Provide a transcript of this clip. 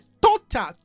total